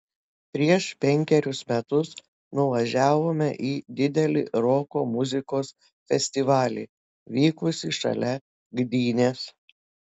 prieš penkerius metus nuvažiavome į didelį roko muzikos festivalį vykusį šalia gdynės